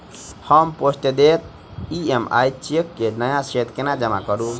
हम postdated EMI cheque केँ नया सेट केना जमा करू?